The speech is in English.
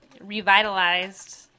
revitalized